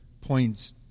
points